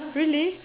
really